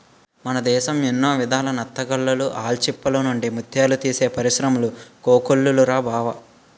మన దేశం ఎన్నో విధాల నత్తగుల్లలు, ఆల్చిప్పల నుండి ముత్యాలు తీసే పరిశ్రములు కోకొల్లలురా బావా